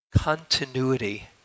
Continuity